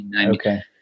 Okay